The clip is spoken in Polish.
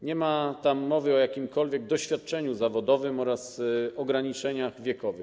Nie ma tam mowy o jakimkolwiek doświadczeniu zawodowym oraz ograniczeniach wiekowych.